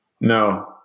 No